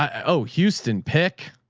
um oh, houston pic.